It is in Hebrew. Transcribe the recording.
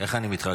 איך אני מתרגש.